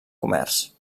comerç